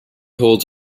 holds